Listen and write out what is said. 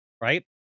right